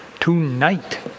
Tonight